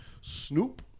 Snoop